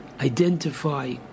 identify